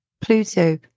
Pluto